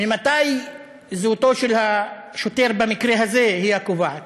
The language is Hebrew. ממתי זהותו של השוטר במקרה הזה היא הקובעת?